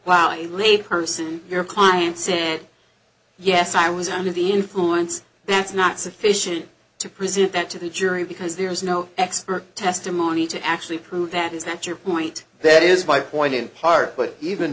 read person your client sandy yes i was under the influence that's not sufficient to present that to the jury because there is no expert testimony to actually prove that is that your point that is my point in part but even